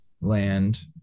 land